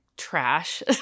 trash